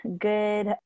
good